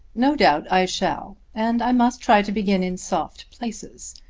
no doubt i shall, and i must try to begin in soft places.